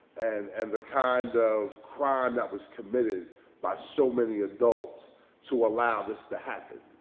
and and the kind of crime that was committed by so many adults to allow this to happen.